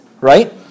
right